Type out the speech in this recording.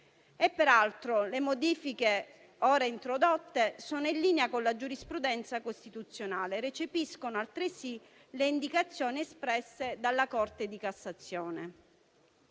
le modifiche ora introdotte sono in linea con la giurisprudenza costituzionale e recepiscono altresì le indicazioni espresse dalla Corte di cassazione.